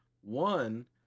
One